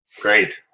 Great